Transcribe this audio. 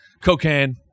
cocaine